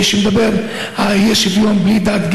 שמדבר על כך שיהיה שוויון בלי הבדלי דת,